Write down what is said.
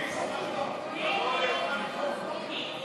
להעביר לוועדה את הצעת חוק חופשה שנתית (תיקון,